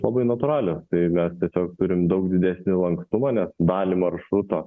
labai natūralios tai mes tiesiog turim daug didesnį lankstumą nes dalį maršruto